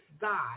God